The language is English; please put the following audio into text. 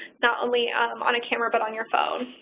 not only um on a camera but on your phone.